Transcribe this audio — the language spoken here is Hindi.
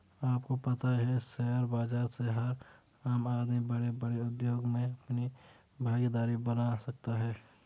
आपको पता है शेयर बाज़ार से हर आम आदमी बडे़ बडे़ उद्योग मे अपनी भागिदारी बना सकता है?